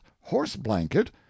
horse-blanket